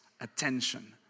attention